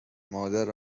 مادر